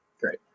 Great